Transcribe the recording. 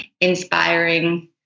inspiring